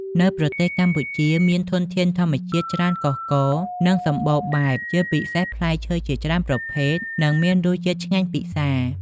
នៅប្រទេសកម្ពុជាមានធនធានធម្មជាតិច្រើនកុះករ និងសម្បូរបែបជាពិសេសផ្លែឈើជាច្រើនប្រភេទនិងមានរសជាតិឆ្ងាញ់ពិសារ។